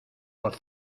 por